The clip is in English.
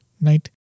right